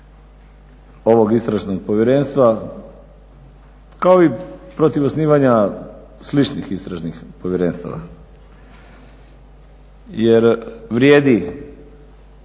ovog istražnog povjerenstva kao i protiv osnivanja sličnih istražnih povjerenstava jer vrijedi